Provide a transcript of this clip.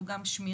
הוא גם שמירה